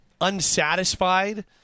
unsatisfied